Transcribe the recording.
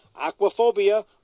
Aquaphobia